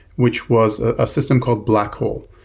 which was a system called blackhole,